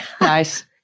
Nice